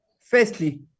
Firstly